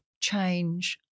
change